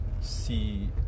see